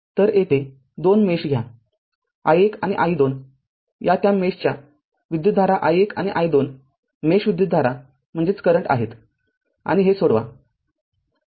तर येथे २ मेष घ्या i१ आणि i२ या त्या मेषच्या विद्युतधारा i१ आणि i२मेष विद्युतधारा आहेत आणि हे सोडवा